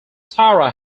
tara